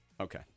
Okay